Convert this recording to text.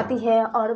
آتی ہے اور